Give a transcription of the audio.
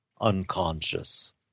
unconscious